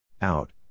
Out